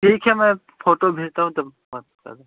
ठीक है मैं फ़ोटो भेजता हूँ तब बात कर